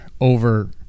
over